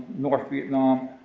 north vietnam,